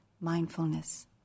mindfulness